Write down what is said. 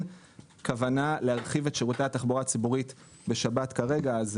כוונה להרחיב את שירותי התחבורה הציבורית בשבת כרגע.